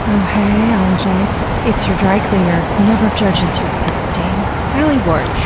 oh heeyyy, ah ologites. it's your dry cleaner who never judges your pit stains, alie ward,